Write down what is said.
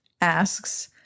asks